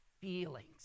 feelings